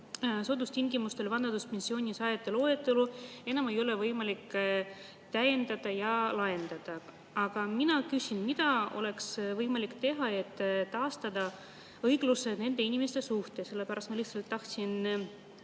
soodustingimustel vanaduspensioni saajate loetelu enam võimalik täiendada ja laiendada. Aga mina küsin, mida oleks võimalik teha, et taastada õiglus nende inimeste suhtes. Ma lihtsalt tahtsin